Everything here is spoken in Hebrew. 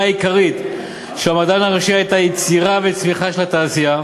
העיקרית של המדען הראשי הייתה יצירה וצמיחה של התעשייה,